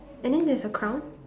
and then there's a crown